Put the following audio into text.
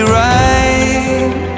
right